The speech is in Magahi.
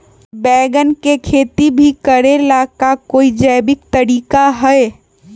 बैंगन के खेती भी करे ला का कोई जैविक तरीका है?